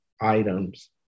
items